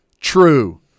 true